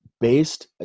based